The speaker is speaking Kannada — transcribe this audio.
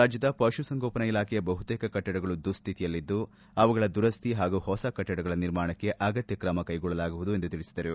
ರಾಜ್ಯದ ಪಶು ಸಂಗೋಪನಾ ಇಲಾಖೆಯ ಬಹುತೇಕ ಕಟ್ಟಡಗಳು ದುಶ್ಥಿತಿಯಲ್ಲಿದ್ದು ಅವುಗಳ ದುರಸ್ತಿ ಹಾಗೂ ಹೊಸ ಕಟ್ಟಡಗಳ ನಿರ್ಮಾಣಕ್ಕೆ ಅಗತ್ಯ ಕ್ರಮ ಕೈಗೊಳ್ಳಲಾಗುವುದು ಎಂದು ತಿಳಿಸಿದರು